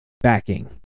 backing